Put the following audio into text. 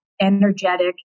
energetic